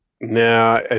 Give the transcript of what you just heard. now